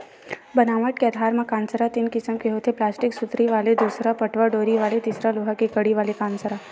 बनावट के आधार म कांसरा तीन किसम के होथे प्लास्टिक सुतरी वाले दूसर पटवा डोरी वाले तिसर लोहा के कड़ी वाले कांसरा